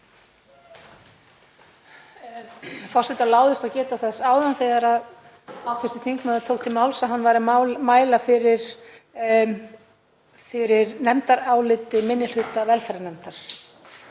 Forseta láðist að geta þess áðan þegar hv. þingmaður tók til máls að hann væri að mæla fyrir nefndaráliti minni hluta velferðarnefndar.